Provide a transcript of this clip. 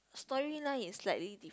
storyline is slightly di~